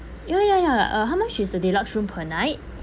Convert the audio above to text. ya ya ya uh how much is the deluxe room per night